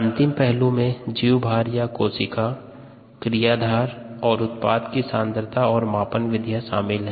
अंतिम पहलू में जीवभार या कोशिका क्रियाधार और उत्पाद की सांद्रता और मापन विधियाँ शामिल है